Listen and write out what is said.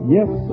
Yes